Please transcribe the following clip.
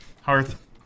Hearth